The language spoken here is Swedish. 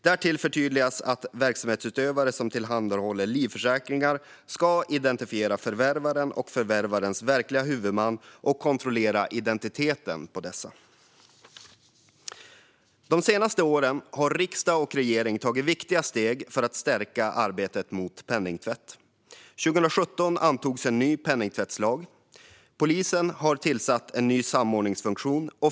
Därtill förtydligas att verksamhetsutövare som tillhandahåller livförsäkringar ska identifiera förvärvaren och förvärvarens verkliga huvudman och kontrollera identiteten på dessa. De senaste åren har riksdag och regering tagit viktiga steg för att stärka arbetet mot penningtvätt. År 2017 antogs en ny penningtvättslag. Polisen har tillsatt en ny samordningsfunktion.